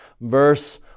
verse